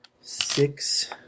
six